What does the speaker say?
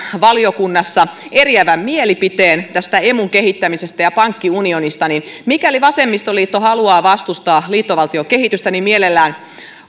valiokunnassa eriävän mielipiteen tästä emun kehittämisestä ja pankkiunionista niin mikäli vasemmistoliitto haluaa vastustaa liittovaltiokehitystä niin mielelläni